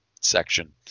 section